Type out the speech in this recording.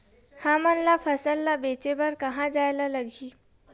हमन ला फसल ला बेचे बर कहां जाये ला लगही?